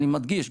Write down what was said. אני מדגיש,